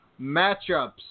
matchups